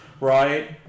right